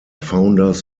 founders